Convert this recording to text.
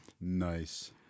nice